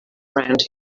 around